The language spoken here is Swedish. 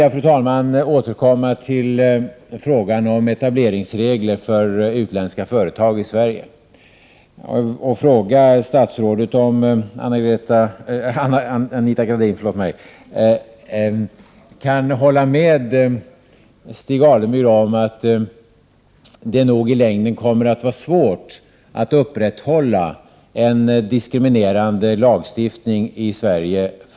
Jag vill återkomma till frågan om etableringsregler för utländska företag i Sverige. Jag vill fråga statsrådet Anita Gradin om hon kan hålla med Stig Alemyr om att det nog i längden kommer att vara svårt att upprätthålla en diskriminerande för utländska företag lagstiftning i Sverige.